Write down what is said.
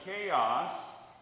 chaos